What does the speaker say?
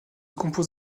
compose